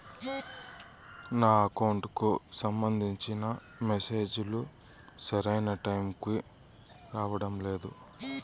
నా అకౌంట్ కు సంబంధించిన మెసేజ్ లు సరైన టైము కి రావడం లేదు